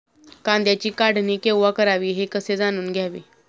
कांद्याची काढणी केव्हा करावी हे कसे जाणून घ्यावे?